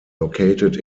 located